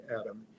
Adam